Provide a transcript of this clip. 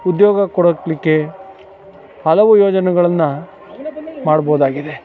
ಉದ್ಯೋಗ ಕೊಡಲಿಕ್ಕೆ ಹಲವು ಯೋಜನೆಗಳನ್ನು ಮಾಡ್ಬೋದಾಗಿದೆ